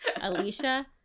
Alicia